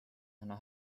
anna